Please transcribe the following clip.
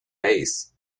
base